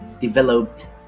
developed